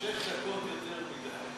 שש דקות יותר מדי.